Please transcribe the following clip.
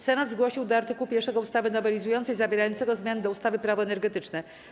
Senat zgłosił do art. 1 ustawy nowelizującej zawierającego zmiany do ustawy - Prawo energetyczne.